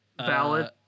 valid